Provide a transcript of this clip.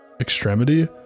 extremity